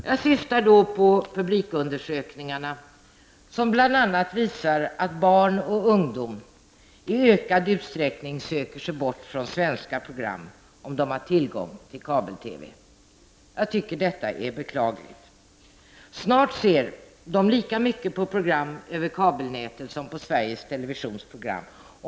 Jag syftar då på publikundersökningarna, vilka bl.a. visar att barn och ungdom i ökad utsträckning söker sig bort från svenska program om de har tillgång till kabel TV. Jag tycker detta är beklagligt. Snart ser de lika mycket på program över kabelnätet som på Sveriges Televisions program.